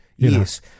Yes